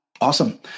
Awesome